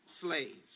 slaves